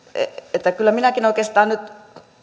että kyllä minäkin oikeastaan nyt